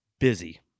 busy